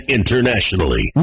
internationally